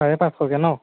চাৰে পাঁচশকৈ ন'